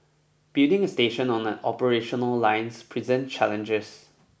building a station on an operational lines present challenges